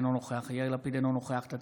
אינו נוכח יאיר לפיד,